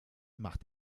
macht